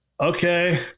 okay